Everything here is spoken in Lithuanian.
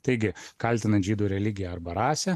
taigi kaltinant žydų religiją arba rasę